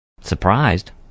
Surprised